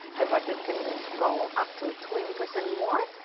the budget can go up to twenty percent more.